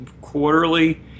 quarterly